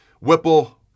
Whipple